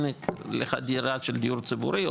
הנה לך דירה של דיור ציבורי,